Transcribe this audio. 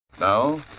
Now